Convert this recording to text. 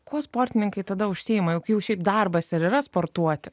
kuo sportininkai tada užsiima juk jau šiaip darbas ir yra sportuoti